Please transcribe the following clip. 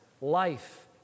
life